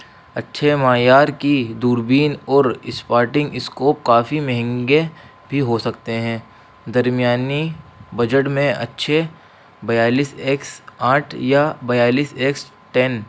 اچھے معیار کی دوربین اور اسپارٹنگ اسکوپ کافی مہنگے بھی ہو سکتے ہیں درمیانی بجٹ میں اچھے بیالیس ایکس آٹھ یا بیالیس ایکس ٹین